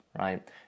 right